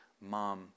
mom